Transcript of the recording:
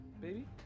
baby